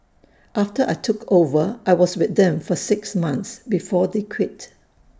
after I took over I was with them for six months before they quit